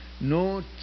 no